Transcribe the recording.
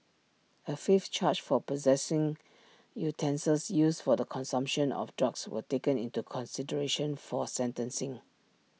A fifth charge for possessing utensils used for the consumption of drugs was taken into consideration for sentencing